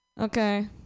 Okay